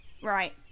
Right